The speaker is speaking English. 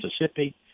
Mississippi